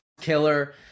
killer